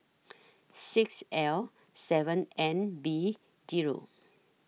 six L seven N B Zero